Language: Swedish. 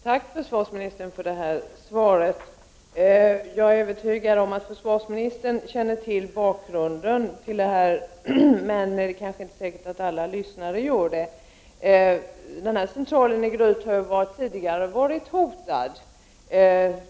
Herr talman! Tack för detta svar, försvarsministern! Jag är övertygad om att försvarsministern känner till bakgrunden till frågan, men det är inte säkert att alla lyssnare gör det. Centralen i Gryt har tidigare varit hotad.